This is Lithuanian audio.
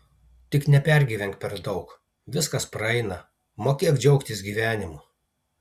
tik nepergyvenk per daug viskas praeina mokėk džiaugtis gyvenimu